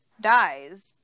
dies